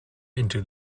into